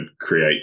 create